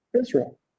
Israel